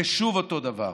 ושוב אותו דבר.